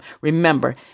Remember